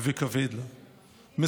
אני